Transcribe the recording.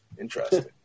Interesting